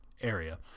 area